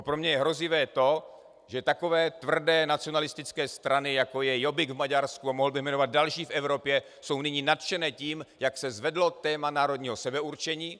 Pro mě je hrozivé to, že takové tvrdé nacionalistické strany, jako je Jobbik v Maďarsku, a mohl bych jmenovat další v Evropě, jsou nyní nadšené tím, jak se zvedlo téma národního sebeurčení.